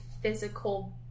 physical